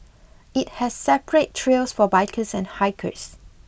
it has separate trails for bikers and hikers